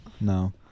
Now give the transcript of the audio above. No